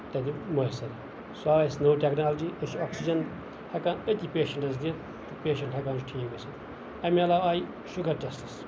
مۄیصر سُہ آسہِ نٔو ٹیکنالجی أسۍ چھِ اوٚکسیٖجن ہٮ۪کان أتی پیشنٹس دِتھ تہٕ پیشَنٹ ہٮ۪کان چھُ ٹھیٖک گٔژھِتھ اَمہِ علاوٕ آیہِ شُگر ٹیسٹٕس